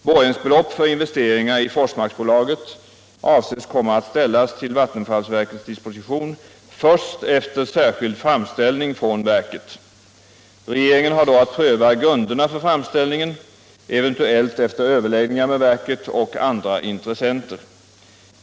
Borgensbelopp för investeringar i Forsmarksbolaget avses komma att ställas till vat tenfallsverkets disposition först efter särskild framställning från verket. Nr 25 Regeringen har då att pröva grunderna för framställningen, eventuellt Torsdagen den efter överläggningar med verket och andra intressenter.